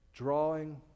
drawing